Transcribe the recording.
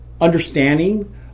understanding